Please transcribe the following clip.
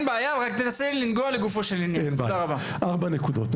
רוצה לגעת בארבע נקודות.